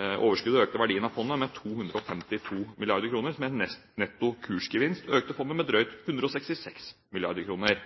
Overskuddet økte verdien av fondet med 252 mrd. kr, mens netto kursgevinst økte fondet med drøyt 166